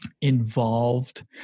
involved